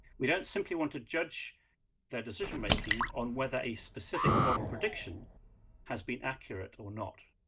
we don't simply want to judge their decision making on whether a specific model prediction has been accurate or not.